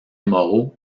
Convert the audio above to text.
moraux